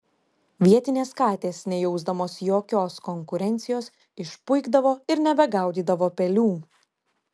vietinės katės nejausdamos jokios konkurencijos išpuikdavo ir nebegaudydavo pelių